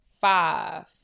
five